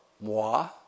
moi